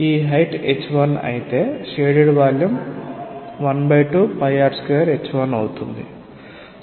ఈ హైట్ h1అయితే shaded volume 12R2h1 అవుతుంది